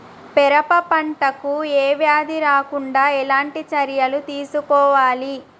పెరప పంట కు ఏ వ్యాధి రాకుండా ఎలాంటి చర్యలు తీసుకోవాలి?